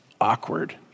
awkward